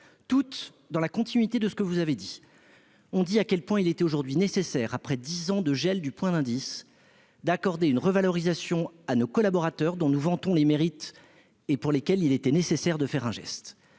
locaux. Dans la continuité de vos propos, tous leurs représentants ont affirmé à quel point il était aujourd'hui nécessaire, après dix ans de gel du point d'indice, d'accorder une revalorisation à nos collaborateurs, dont nous vantons les mérites et pour lesquels il était nécessaire de faire un geste.